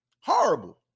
horrible